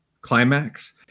climax